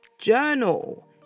Journal